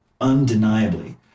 undeniably